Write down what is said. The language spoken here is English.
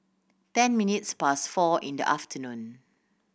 ten minutes past four in the afternoon